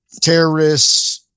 terrorists